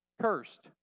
cursed